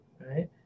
right